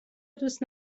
دوست